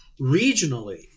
regionally